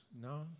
No